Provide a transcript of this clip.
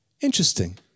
interesting